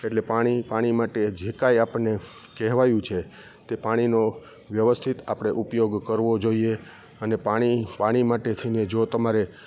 એટલે પાણી પાણી માટે જે કાંઈ આપણે કહેવાયું છે કે પાણીનો વ્યવસ્થિત આપણે ઉપયોગ કરવો જોઈએ અને પાણી પાણી માટે થઈને જો તમારે